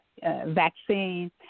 Vaccine